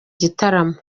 gitaramo